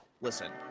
Listen